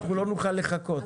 לא נוכל לחכות.